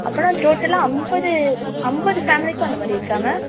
அப்படின்னா டோட்டலாக ஐம்பது ஐம்பது ஃபேமிலிக்கும் அந்த மாதிரி இருக்கா மேம்